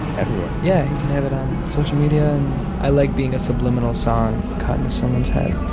everywhere yeah. you can have it on social media. and i like being a subliminal song caught into someone's head.